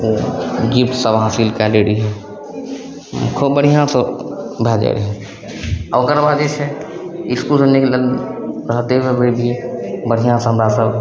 ओ gift सब हासिल कै लै रहिए खूब बढ़िआँसे भए जाए रहै आओर ओकरबाद जे छै इसकुलमे नहि मिलल देहातेमे बैसि जाइए बढ़िआँसे हमरासभ